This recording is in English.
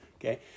okay